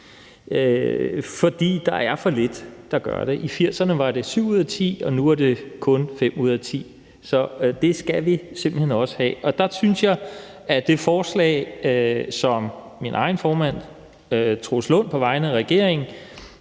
For der er for få, der gør det. I 1980'erne var det syv ud af ti, og nu er det kun fem ud af ti. Så det skal vi simpelt hen også have gjort. Der synes jeg, at det forslag, som min egen formand, Troels Lund Poulsen, på vegne af regeringen